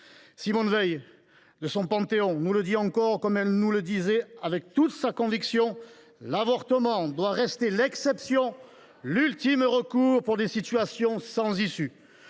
Simone Veil, de son Panthéon, nous le dit encore, comme elle nous le disait avec toute sa conviction :« L’avortement doit rester l’exception, l’ultime recours pour des situations sans issue.